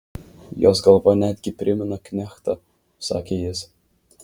jos galva netgi primena knechtą sakė jis